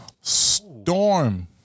storm